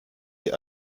die